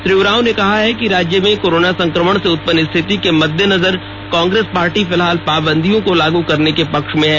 श्री उरांव ने कहा है कि राज्य में कोरोना संक्रमण से उत्पन्न स्थिति के मद्देनजर कांग्रेस पार्टी फिलहाल पाबंदियों को लागू करने के पक्ष में है